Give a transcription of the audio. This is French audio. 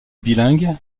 bilingue